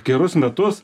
gerus metus